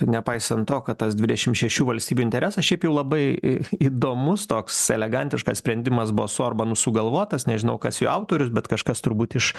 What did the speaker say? nepaisant to kad tas dvidešim šešių valstybių interesas šiaip jau labai įdomus toks elegantiškas sprendimas buvo su orbanu sugalvotas nežinau kas jo autorius bet kažkas turbūt iš